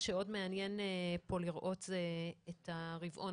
מה שעוד מעניין פה לראות זה את הרבעון